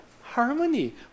harmony